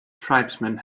tribesmen